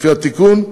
לפי התיקון,